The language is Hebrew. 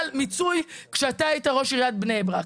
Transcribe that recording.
מיצוי כשאתה היית ראש עיריית בני ברק.